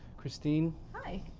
christine. hi.